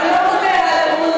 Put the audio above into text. סרט של טרנטינו,